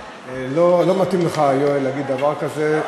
לא, לא מתאים לך, יואל, להגיד דבר כזה,